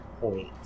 point